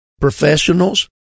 professionals